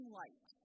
light